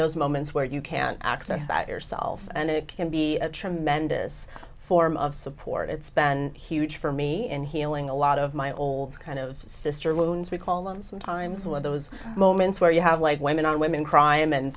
those moments where you can access that yourself and it can be a tremendous form of support it's been huge for me and healing a lot of my old kind of sister loans we call him sometimes one of those moments where you have like women and women crying and